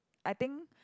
I think